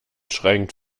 schränkt